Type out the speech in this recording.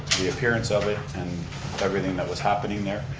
the appearance of it and everything that was happening there.